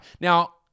Now